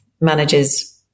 managers